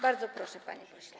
Bardzo proszę, panie pośle.